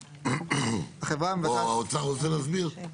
או האוצר רוצה להסביר?